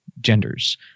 genders